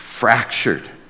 Fractured